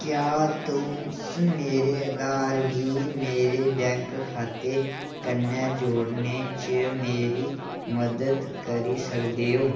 क्या तुस मेरे अधार गी मेरे बैंक खाते कन्नै जोड़ने च मेरी मदद करी सकदे ओ